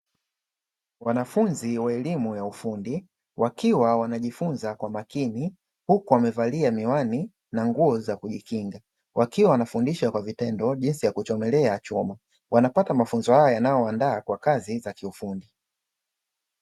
Wanafunzi wa elimu ya ufundi, wakiwa wanajifunza kwa makini, huku wamevalia miwani na nguo za kujikinga Wakiwa wanafundishwa kwa vitendo jinsi ya kuchomelea chuma. Wanapata mafunzo haya yanayowaandaa kwa kazi za kiufundi.